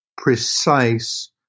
precise